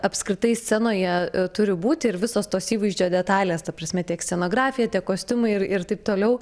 apskritai scenoje turi būti ir visos tos įvaizdžio detalės ta prasme tiek scenografija kostiumai ir ir taip toliau